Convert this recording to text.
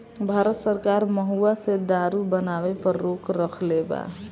भारत सरकार महुवा से दारू बनावे पर रोक रखले बा